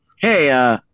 hey